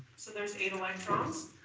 so there's eight electrons.